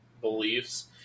beliefs